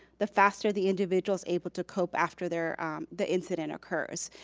the faster the individual is able to cope after their the incident occurs.